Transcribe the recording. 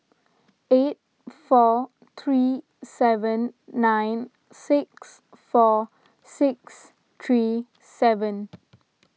eight four three seven nine six four six three seven